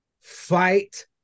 Fight